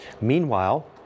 meanwhile